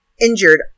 injured